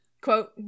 Quote